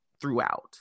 throughout